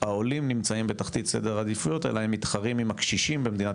העולים נמצאים בתחתית סדר העדיפויות - הם מתחרים עם הקשישים במדינת